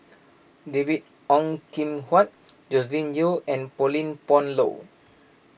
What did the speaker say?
David Ong Kim Huat Joscelin Yeo and Pauline Dawn Loh